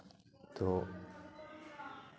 ᱛᱳ